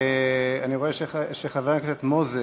אני רואה שחבר הכנסת מוזס,